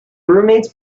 roommate’s